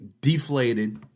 deflated